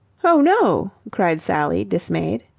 oh no, cried sally, dismayed.